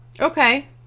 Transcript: Okay